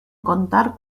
contar